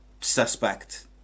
suspect